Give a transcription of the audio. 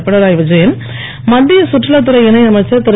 பினரயி விஜயன் மத்திய கற்றுலா துறை இணை அமைச்சர் திரு